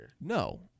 No